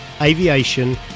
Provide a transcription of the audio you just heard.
aviation